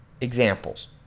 examples